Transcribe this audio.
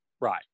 Right